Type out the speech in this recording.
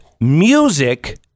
music